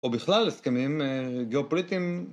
או בכלל הסכמים, גאופוליטים..